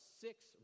six